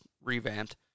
revamped